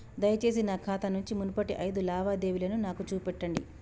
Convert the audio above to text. దయచేసి నా ఖాతా నుంచి మునుపటి ఐదు లావాదేవీలను నాకు చూపెట్టండి